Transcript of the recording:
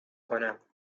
کنم